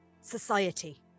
society